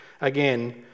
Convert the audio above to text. again